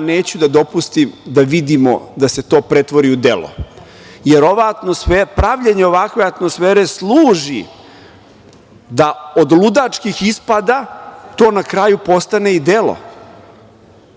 neću da dopustim da vidimo da se to pretvori u delu. Pravljenje ovakve atmosfere služi da od ludačkih ispada to na kraju postane i delo,